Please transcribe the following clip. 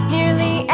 Nearly